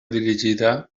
dirigida